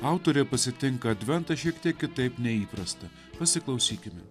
autorė pasitinka adventą šiek tiek kitaip nei įprasta pasiklausykime